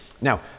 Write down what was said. now